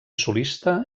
solista